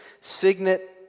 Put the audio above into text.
signet